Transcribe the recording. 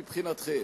מבחינתכם,